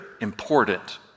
important